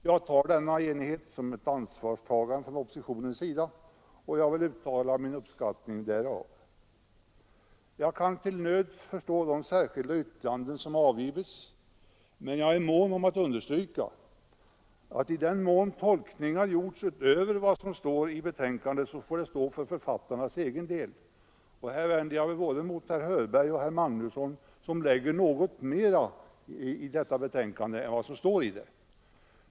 Jag uppfattar denna enighet som ett ansvarstagande från oppositionens sida, och jag vill uttala min uppskattning därav. Jag kan till nöds förstå de särskilda yttranden som avgivits, men jag är mån om att understryka, att i den mån tolkningar gjorts utöver vad som står i betänkandet så får det stå för författarnas egen del. I det avseendet vänder jag mig mot både herr Hörberg och herr Magnusson i Borås, som lägger in mera i detta betänkande än vad som står i det.